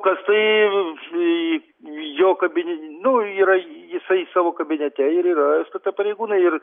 kas tai ir jo kabin yra jisai savo kabinete ir yra stt pareigūnai ir